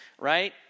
right